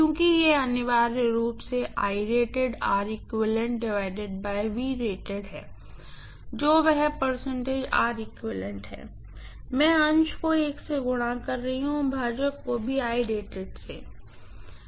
क्योंकि यह अनिवार्य रूप से है वह जो है मैं अंश को I से गुणा कर रही हूँ और भाजक को भी से